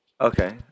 Okay